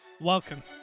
Welcome